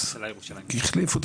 מה זה משנה,